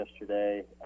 yesterday